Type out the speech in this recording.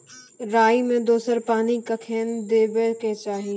राई मे दोसर पानी कखेन देबा के चाहि?